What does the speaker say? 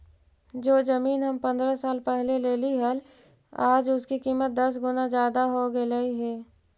जो जमीन हम पंद्रह साल पहले लेली हल, आज उसकी कीमत दस गुना जादा हो गेलई हे